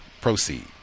Proceed